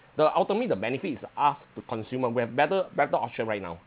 the ultimate the benefits is us the consumer we have better better option right now